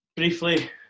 Briefly